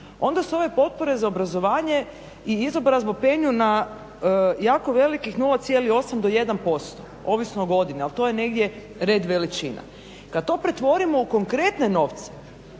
onda su ove potpore za obrazovanje i izobrazbu penju na jako velikih 0,8-1% ovisno o godini al to je negdje red veličina. Kad to pretvorimo u konkretne novce